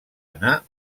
anar